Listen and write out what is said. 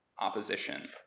opposition